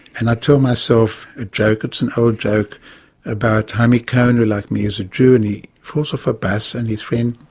and i tell myself a joke. it's an old joke about hymie cohen, who like me is a jew, and he falls off a bus and his friend,